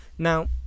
Now